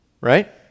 Right